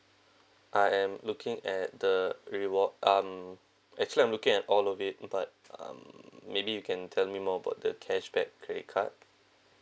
I am looking at the reward um actually I'm looking at all of it but um maybe you can tell me more about the cashback credit card